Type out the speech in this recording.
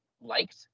liked